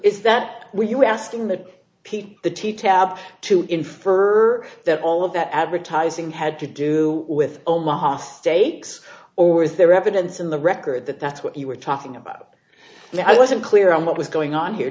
is that we were asking the people the t tab to infer that all of that advertising had to do with omaha steaks or was there evidence in the record that that's what you were talking about that i wasn't clear on what was going on here